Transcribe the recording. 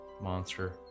Monster